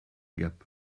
gap